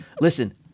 Listen